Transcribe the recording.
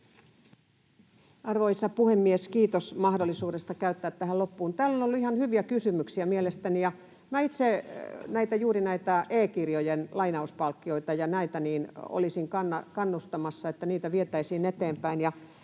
Arvoisa puhemies! Kiitos mahdollisuudesta käyttää puheenvuoro tähän loppuun. Täällä on ollut ihan hyviä kysymyksiä mielestäni, ja minä itse juuri näitä e-kirjojen lainauspalkkioita ja näitä olisin kannustamassa, että niitä vietäisiin eteenpäin.